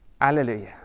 Alleluia